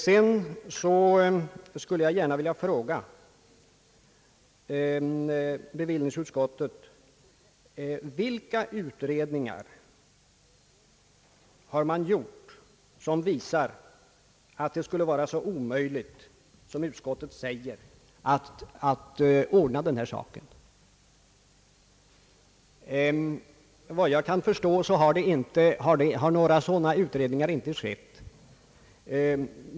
Jag skulle vilja fråga bevillningsutskottets representanter vilka utredningar som visar att det skulle vara så omöjligt som utskottet säger att ordna den här saken. Såvitt jag kan förstå har några sådana utredningar inte gjorts.